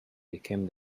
became